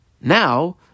now